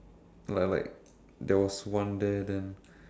like like there was one there then